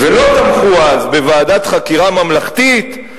ולא תמכו אז בוועדת חקירה ממלכתית,